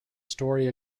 story